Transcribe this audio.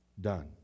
Done